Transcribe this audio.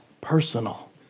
personal